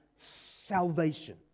Salvation